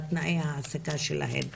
בתנאי העסקה שלהן.